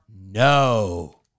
No